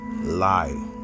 lie